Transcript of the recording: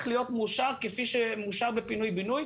להיות מאושר כפי שמאושר בפינוי בינוי,